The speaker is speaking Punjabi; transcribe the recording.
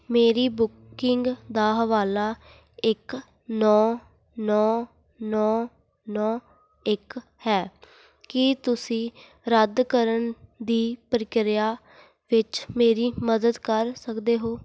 ਮੇਰੀ ਬੁਕਿੰਗ ਦਾ ਹਵਾਲਾ ਇੱਕ ਨੌਂ ਨੌਂ ਨੌਂ ਨੌਂ ਇੱਕ ਹੈ ਕੀ ਤੁਸੀਂ ਰੱਦ ਕਰਨ ਦੀ ਪ੍ਰਕਿਰਿਆ ਵਿੱਚ ਮੇਰੀ ਮਦਦ ਕਰ ਸਕਦੇ ਹੋ